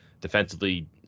Defensively